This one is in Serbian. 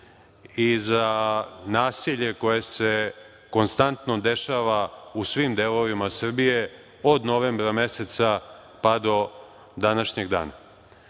i za nasilje koje se konstantno dešava u svim delovima Srbije od novembra meseca pa do današnjeg dana. Ja